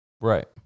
Right